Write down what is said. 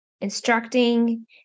instructing